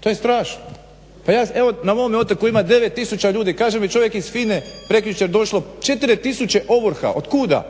to je strašno! Pa ja, evo na mome otoku ima 9 tisuća ljudi, kaže mi čovjek iz FINA-e prekjučer došlo 4 tisuće ovrha. Otkuda?